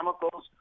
chemicals